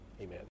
Amen